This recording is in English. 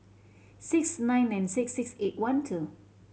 six nine nine six six eight one two